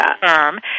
firm